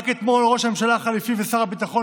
רק אתמול ראש הממשלה החליפי ושר הביטחון